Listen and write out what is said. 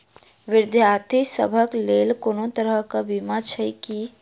विद्यार्थी सभक लेल कोनो तरह कऽ बीमा छई की?